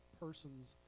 person's